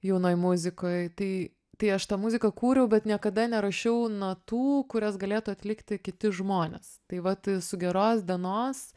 jaunoj muzikoj tai tai aš tą muziką kūriau bet niekada nerašiau natų kurias galėtų atlikti kiti žmonės tai vat su geros dienos